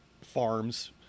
farms